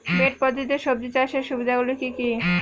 Bed পদ্ধতিতে সবজি চাষের সুবিধাগুলি কি কি?